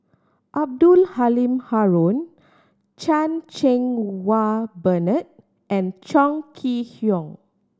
Abdul Halim Haron Chan Cheng Wah Bernard and Chong Kee Hiong